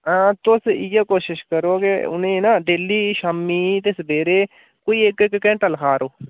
हां तुस इ'यै कोशिश करो के उ'नें ना डेली शामी ते सवेरे कोई इक इक घैंटा लखाऽ करो